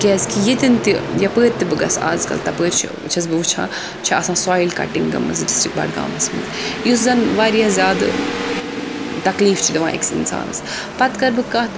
کیٛازِکہِ ییٚتؠن تہِ یَپٲرۍ تہِ بہٕ گژھٕ آز کَل تَپٲرۍ چھَس بہٕ وٕچھان چھِ آسان سویِل کَٹِنٛگ گمٕژ ڈِسٹِرٛک بَڈگامَس منٛز یُس زَن واریاہ زیادٕ تَکلیٖف چھِ دِوان أکِس اِنسانَس پَتہٕ کَرٕ بہٕ کَتھ